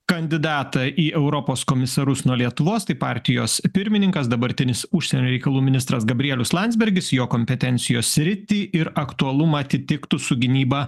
kandidatą į europos komisarus nuo lietuvos tai partijos pirmininkas dabartinis užsienio reikalų ministras gabrielius landsbergis jo kompetencijos sritį ir aktualumą atitiktų su gynyba